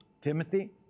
Timothy